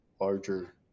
larger